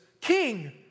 king